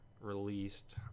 released